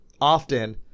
often